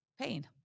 pain